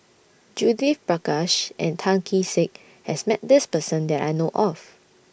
Judith Prakash and Tan Kee Sek has Met This Person that I know of